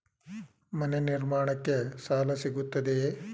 ಮನೆ ನಿರ್ಮಾಣಕ್ಕೆ ಸಾಲ ಸಿಗುತ್ತದೆಯೇ?